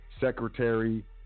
secretary